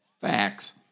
facts